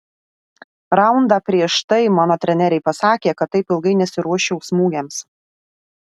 raundą prieš tai mano treneriai pasakė kad taip ilgai nesiruoščiau smūgiams